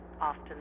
often